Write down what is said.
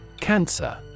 Cancer